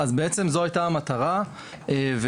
הייתה המטרה,